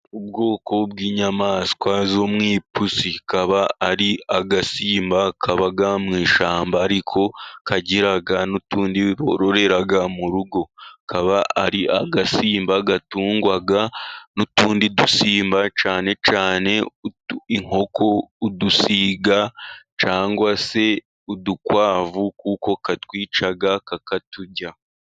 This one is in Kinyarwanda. Ubwoko bw'inyamaswa zo mu ipusi akaba ari agasimba kaba mu ishyamba ariko kagira n'utundi bororera mu rugo, akaba ari agasimba gatungwa n'utundi dusimba cyane cyane inkoko udusiga cyangwa se udukwavu kuko katwica kakaturya.